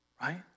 right